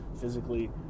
physically